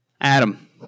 adam